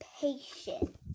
patient